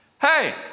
Hey